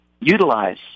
utilize